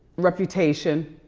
reputation.